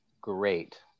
great